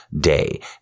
day